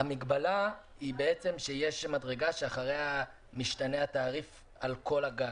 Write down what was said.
המגבלה היא שיש מדרגה שאחריה משתנה התעריף על כל הגג.